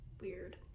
weird